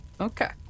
Okay